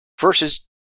versus